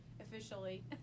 officially